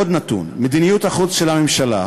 עוד נתון: מדיניות החוץ של הממשלה,